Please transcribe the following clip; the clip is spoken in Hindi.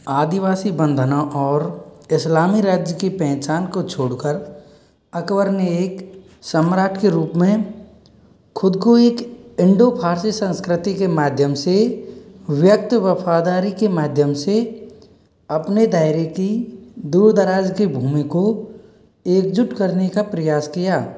आदिवासी बंधना और इस्लामी राज्य की पहचान को छोड़कर अकबर ने एक सम्राट के रूप में खुद को एक इंडो फारसी संस्कृति के माध्यम से व्यक्ति वफादारी के माध्यम से अपने धैर्य की दूर दराज की भूमि को एकजुट करने का प्रयास किया